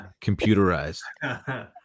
computerized